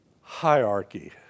hierarchy